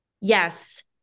yes